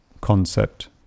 concept